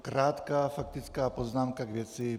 Krátká faktická poznámka k věci.